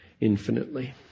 infinitely